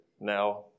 Now